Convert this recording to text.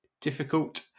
Difficult